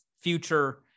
future